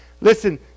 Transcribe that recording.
listen